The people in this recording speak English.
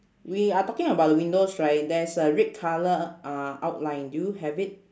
we are talking about the windows right there's a red colour uh outline do you have it